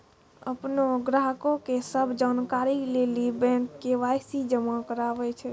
अपनो ग्राहको के सभ जानकारी लेली बैंक के.वाई.सी जमा कराबै छै